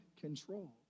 control